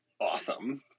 awesome